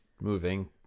moving